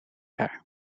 haar